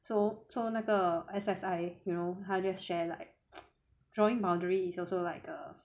so so 那个 S_S_I I you know 他 just share like drawing boundary is also like the